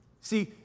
See